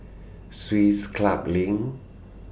Swiss Club LINK